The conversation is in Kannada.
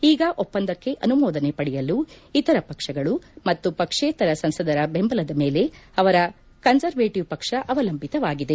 ಈಗ ಒಪ್ಪಂದಕ್ಕೆ ಆನುಮೋದನೆ ಪಡೆಯಲು ಇತರ ಪಕ್ಷಗಳು ಮತ್ತು ಪಕ್ಷೇತರ ಸಂಸದರ ಬೆಂಬಲದ ಮೇಲೆ ಅವರ ಕನ್ಲರ್ವೇಟಿವ್ ಪಕ್ಷ ಅವಲಂಬಿತವಾಗಿದೆ